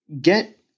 get